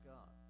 God